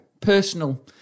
Personal